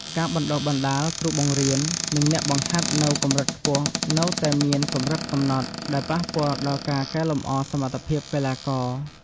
ការបណ្តុះបណ្តាលគ្រូបង្រៀន និងអ្នកបង្ហាត់នៅកម្រិតខ្ពស់នៅតែមានកម្រិតកំណត់ ដែលប៉ះពាល់ដល់ការកែលម្អសមត្ថភាពកីឡាករ។